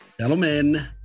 Gentlemen